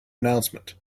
announcement